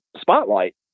spotlight